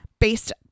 based